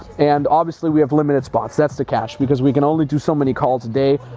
and obviously we have limited spots. that's the catch because we can only do so many calls a day.